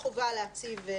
אפשר להגיד שיש חובה להציב.